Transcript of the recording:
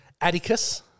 Atticus